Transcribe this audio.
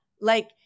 like-